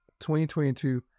2022